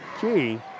key